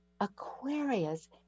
Aquarius